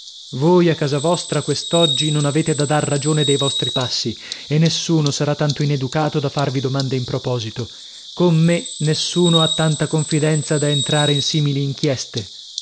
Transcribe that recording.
voi a casa vostra quest'oggi non avete da dar ragione dei vostri passi e nessuno sarà tanto ineducato da farvi domande in proposito con me nessuno ha tanta confidenza da entrare in simili inchieste